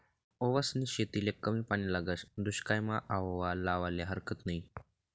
ओवासनी शेतीले कमी पानी लागस, दुश्कायमा आओवा लावाले हारकत नयी